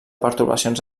pertorbacions